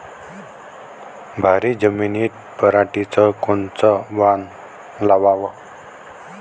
भारी जमिनीत पराटीचं कोनचं वान लावाव?